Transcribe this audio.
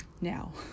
now